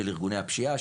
של ארגוני הפשיעה,